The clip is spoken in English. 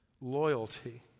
loyalty